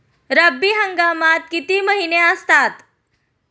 रब्बी हंगामात किती महिने असतात?